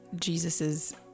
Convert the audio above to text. Jesus's